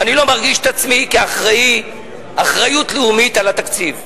אני לא מרגיש את עצמי כאחראי אחריות לאומית לתקציב.